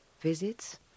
visits